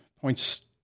points